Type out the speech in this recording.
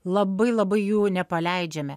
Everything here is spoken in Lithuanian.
labai labai jų nepaleidžiame